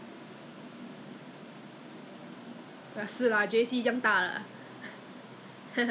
没有啊就是 only the few teachers and students who came in contact with her